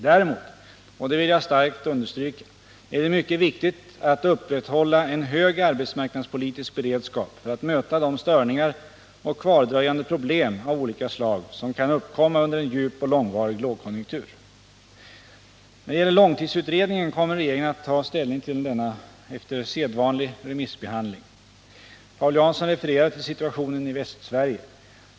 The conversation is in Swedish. Däremot, och det vill jag starkt understryka, är det mycket viktigt att upprätthålla en hög arbetsmarknadspolitisk beredskap för att möta de störningar och kvardröjande problem av olika slag som kan uppkomma efter en djup och långvarig lågkonjunktur. När det gäller långtidsutredningen kommer regeringen att ta ställning till denna efter sedvanlig remissbehandling. Paul Jansson refererar till situationen i Västsverige.